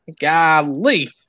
Golly